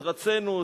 התרצינו,